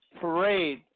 parade